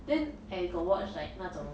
then I got watch like 那种